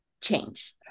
change